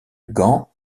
gand